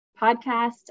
podcast